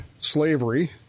slavery